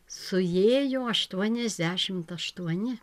suėjo aštuoniasdešimt aštuoni